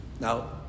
Now